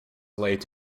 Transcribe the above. late